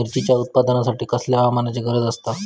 मिरचीच्या उत्पादनासाठी कसल्या हवामानाची गरज आसता?